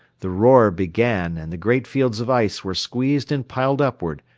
the roar began and the great fields of ice were squeezed and piled upward,